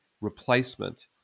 replacement